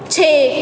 ਛੇ